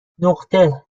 نقطه